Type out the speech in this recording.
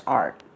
art